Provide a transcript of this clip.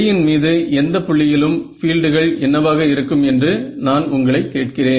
A இன் மீது எந்த புள்ளியிலும் பீல்டுகள் என்னவாக இருக்கும் என்று நான் உங்களை கேட்கிறேன்